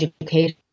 education